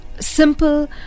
Simple